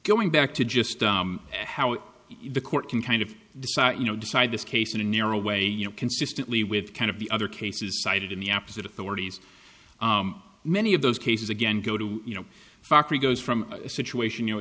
going back to just how the court can kind of you know decide this case in a narrow way you know consistently with kind of the other cases cited in the opposite authorities many of those cases again go to you know factory goes from a situation you know